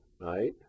right